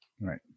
Right